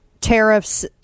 tariffs